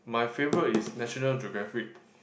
my favourite is National Geographic